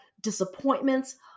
disappointments